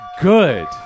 good